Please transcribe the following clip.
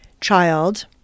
child